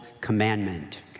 commandment